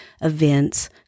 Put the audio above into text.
events